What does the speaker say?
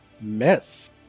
Miss